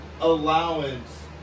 allowance